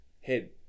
head